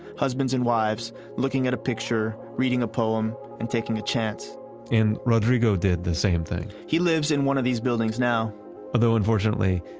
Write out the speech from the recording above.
husbands and wives looking at a picture, reading a poem, and taking a chance and rodrigo did the same thing he lives in one of these buildings now although unfortunately,